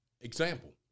example